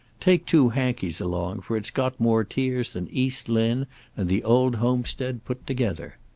take two hankies along, for it's got more tears than east lynne and the old homestead put together.